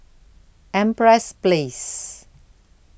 Empress Place